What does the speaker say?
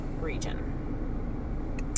region